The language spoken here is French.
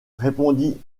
répondit